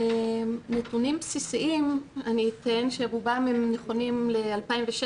נתונים בסיסיים אני אתן, שרובם נכונים ל-2016,